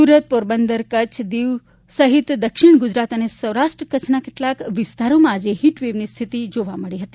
સુરત પોરબંદર કચ્છ દીવ સહિત દક્ષિણ ગુજરાત અને સૌરાષ્ટ્ર કચ્છના કેટલાક વિસ્તારોમાં આજે હિટવેવની સ્થિતિ જોવા મળી હતી